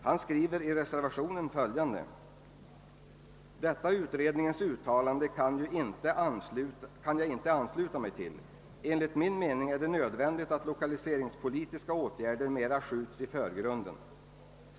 Han skrev i sin reservation följande: »Detta utredningens uttalande kan jag inte ansluta mig till. Enligt min mening är det nödvändigt att lokaliseringspolitiska åtgärder mera skjutes i förgrunden.